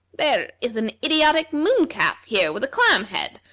there is an idiotic moon-calf here with a clam head,